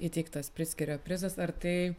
įteiktas prickerio prizas ar tai